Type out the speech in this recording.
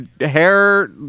hair